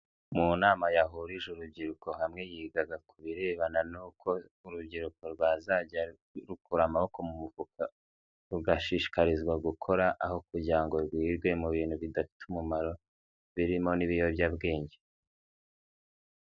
Mu nama yahurije urubyiruko hamwe yigaga ku birebana n'uko urubyiruko rwazajya rukura amaboko mu mufuka, rugashishikarizwa gukora aho kugira ngo rwirirwe mu bintu bidafite umumaro birimo n'ibiyobyabwenge.